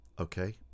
okay